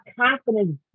confidence